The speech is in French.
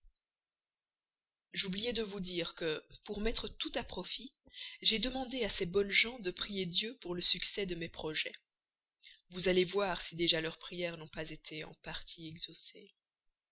j'oubliais de vous dire que pour mettre tout à profit j'ai demandé à ces bonnes gens de prier dieu pour le succès de mes projets vous allez voir si déjà leurs prières n'ont pas été en partie